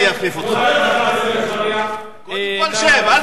אני מאוד מודה, שב כבר, שב, לא בעמידה, שב.